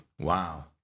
Wow